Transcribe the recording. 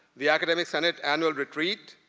the academic senate annual retreat,